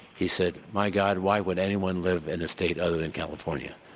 he said my god, why would anyone live in a state other than california?